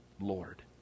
Lord